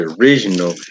original